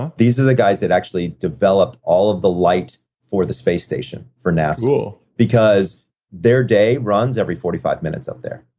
um these are the guys that actually developed all of the light for the space station for nasa cool because their day runs every forty five minutes up there,